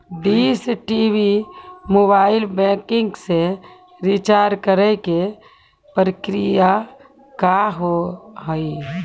Dish TV mobile banking से recharge करे के प्रक्रिया का हाव हई?